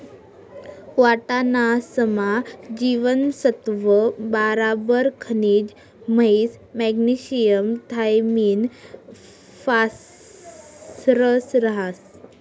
वाटाणासमा जीवनसत्त्व बराबर खनिज म्हंजी मॅग्नेशियम थायामिन फॉस्फरस रहास